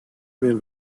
bir